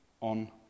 on